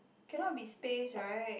cannot be space [right]